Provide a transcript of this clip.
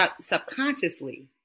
subconsciously